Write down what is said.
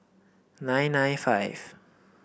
nine nine five